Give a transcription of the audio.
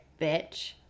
bitch